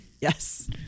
Yes